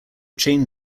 chain